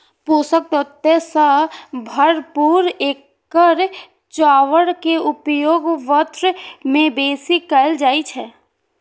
पोषक तत्व सं भरपूर एकर चाउर के उपयोग व्रत मे बेसी कैल जाइ छै